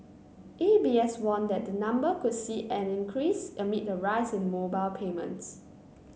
A B S warned that the number could see an increase amid a rise in mobile payments